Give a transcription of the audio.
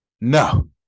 No